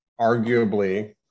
arguably